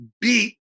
beat